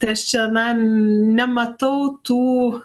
tai aš čia na nematau tų